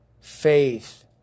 Faith